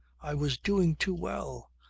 i was doing too well.